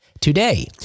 Today